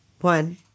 one